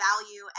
value